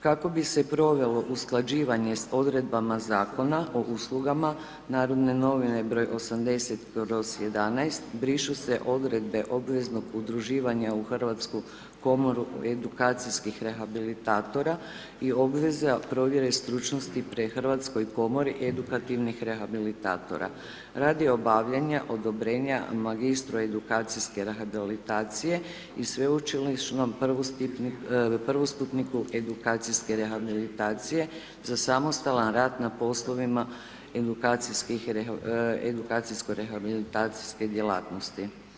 Kako bi se provelo usklađivanje s odredbama Zakona o uslugama Narodne novine, broj 80/11 brišu se odredbe obveznog udruživanja u Hrvatsku komoru edukacijskih rehabilitatora i obveze provjere stručnosti pri Hrvatskoj komori edukativnih rehabilitatora radi obavljanja odobrenja magistru edukacijske rehabilitacije i sveučilišnom prvostupniku edukacijske rehabilitacije za samostalan rad na poslovima edukacijsko rehabilitacije djelatnosti.